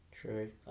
true